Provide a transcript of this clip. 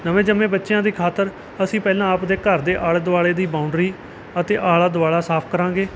ਨਵੇਂ ਜੰਮੇ ਬੱਚਿਆਂ ਦੀ ਖਾਤਿਰ ਅਸੀਂ ਪਹਿਲਾਂ ਆਪਣੇ ਘਰ ਦੇ ਆਲੇ ਦੁਆਲੇ ਦੀ ਬਾਊਂਡਰੀ ਅਤੇ ਆਲਾ ਦੁਆਲਾ ਸਾਫ਼ ਕਰਾਂਗੇ